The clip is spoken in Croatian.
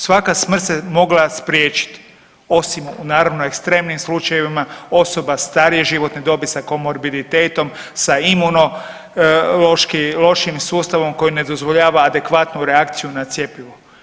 Svaka smrt se mogla spriječiti osim naravno u ekstremnim slučajevima osoba starije životne dobi sa komorbiditetom sa imunološki lošim sustavom koji ne dozvoljava adekvatnu reakciju na cjepivo.